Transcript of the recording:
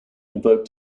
invoked